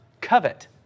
Covet